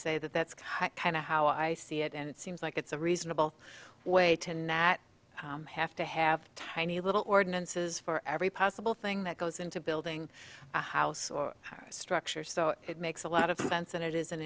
say that that's kind of how i see it and it seems like it's a reasonable way to not have to have tiny little ordinances for every possible thing that goes into building a house or structure so it makes a lot of sense and it is an